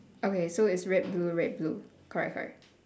okay so it's red blue red blue correct correct